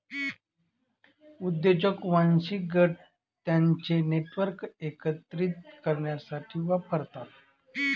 उद्योजक वांशिक गट त्यांचे नेटवर्क एकत्रित करण्यासाठी वापरतात